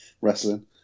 Wrestling